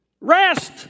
Rest